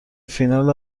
فینال